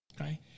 okay